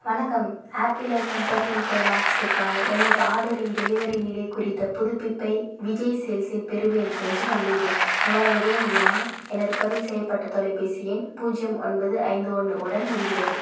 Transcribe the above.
வணக்கம் Apple iPhone thirteen pro மேக்ஸுக்கான எனது ஆர்டரின் டெலிவரி நிலை குறித்த புதுப்பிப்பை விஜய் சேல்ஸில் பெறுவேன் என்று நம்புகிறேன் உங்களால் உதவ முடியுமா எனது பதிவு செய்யப்பட்ட தொலைபேசி எண் பூஜ்ஜியம் ஒன்பது ஐந்து ஒன்று உடன் முடிகிறது